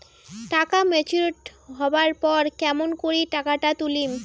টাকা ম্যাচিওরড হবার পর কেমন করি টাকাটা তুলিম?